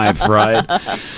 right